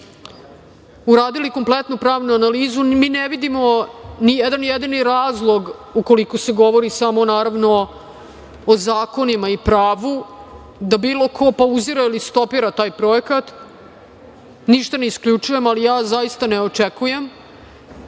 uradili kompletnu pravnu analizu. Mi ne vidimo nijedan jedini razlog, ukoliko se govori samo naravno o zakonima i pravu, da bilo ko pauzira ili stopira taj projekat. Ništa ne isključujem ali ja zaista ne očekujem,